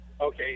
Okay